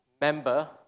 member